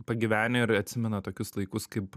pagyvenę ir atsimena tokius laikus kaip